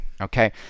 okay